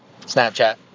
Snapchat